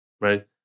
right